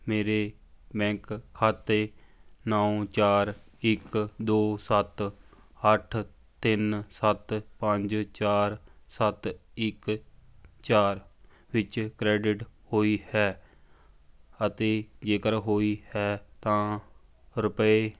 ਮੇਰੇ ਬੈਂਕ ਖਾਤੇ ਨੌ ਚਾਰ ਇੱਕ ਦੋ ਸੱਤ ਅੱਠ ਤਿੰਨ ਸੱਤ ਪੰਜ ਚਾਰ ਸੱਤ ਇੱਕ ਚਾਰ ਵਿੱਚ ਕ੍ਰੈਡਿਟ ਹੋਈ ਹੈ ਅਤੇ ਜੇਕਰ ਹੋਈ ਹੈ ਤਾਂ ਰੁਪਏ